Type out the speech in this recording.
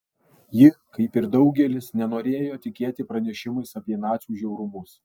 ji kaip ir daugelis nenorėjo tikėti pranešimais apie nacių žiaurumus